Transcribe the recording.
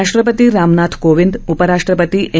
राष्ट्रपती रामनाथ कोविंद उपराष्ट्रपती एम